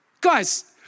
Guys